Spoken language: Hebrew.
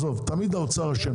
תמיד האוצר אשם,